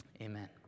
Amen